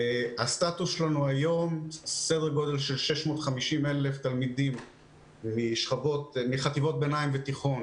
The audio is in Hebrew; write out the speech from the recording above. משתמשים ברשת כ-650 אלף תלמידים מחטיבות ביניים ותיכון.